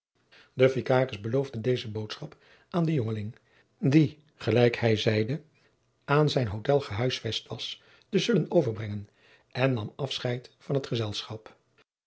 de vicaris beloofde deze boodschap aan den jongeling die gelijk hij zeide aan zijn hôtel gehuisvest was te zullen overbrengen en nam afscheid van het gezelschap